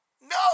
No